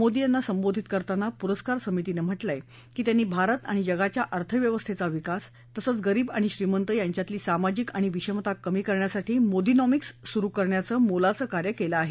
मोदी यांना सन्मानित करताना पुरस्कार समितीनं म्हटलयं की त्यांनी भारत आणि जगाच्या अर्थव्यवस्थेचा विकास तसंच गरीब आणि श्रीमंत यांच्यातली सामाजिक आणि विषमता कमी करण्यासाठी मोदीनॉमिक्सि सुरु करण्याचं मोलाचं कार्य केलं आहे